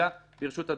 הכנסת,